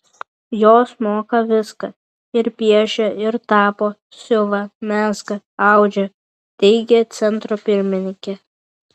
jos moka viską ir piešia ir tapo siuva mezga audžia teigė centro pirmininkė